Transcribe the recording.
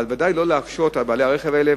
אבל בוודאי לא להקשות על בעלי הרכב האלה.